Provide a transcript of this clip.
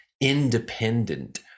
independent